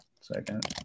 Second